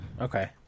Okay